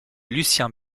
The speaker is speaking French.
lucien